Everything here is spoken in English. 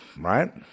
right